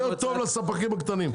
זה יותר טוב לספקים הקטנים,